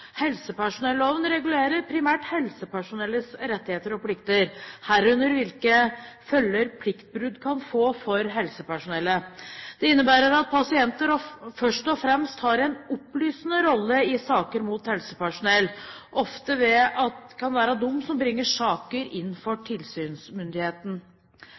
Helsepersonelloven regulerer primært helsepersonellets rettigheter og plikter, herunder hvilke følger pliktbrudd kan få for helsepersonellet. Det innebærer at pasienter først og fremst har en opplysende rolle i saker mot helsepersonell, ofte ved å være den som bringer saken inn